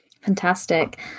Fantastic